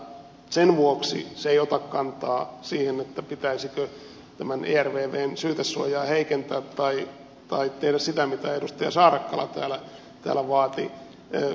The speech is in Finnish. sen vuoksi se ei ota kantaa siihen pitäisikö tämän ervvn syytesuojaa heikentää tai tehdä sitä mitä edustaja saarakkala täällä vaati